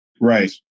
Right